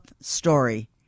story